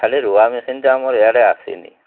ଖାଲି ରୁଆ ମେସିନ୍ଟା ଆମର ଏଆଡ଼େ ଆସିନି